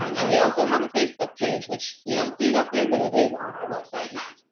um and we also have a facebook page which you don't see it up there but it is on our website now.